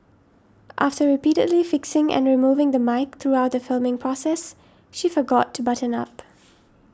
after repeatedly fixing and removing the mic throughout the filming process she forgot to button up